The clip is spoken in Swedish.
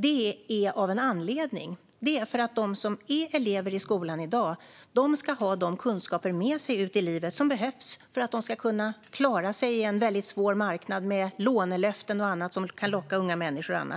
Det är av en anledning, nämligen att de som är elever i skolan i dag ska ha de kunskaper med sig ut i livet som de behöver för att klara sig på en svår marknad med lånelöften och annat som kan locka unga människor. Även